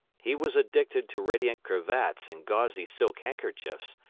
he was addicted to radiant cravats and gauzy silk handkerchiefs,